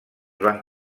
van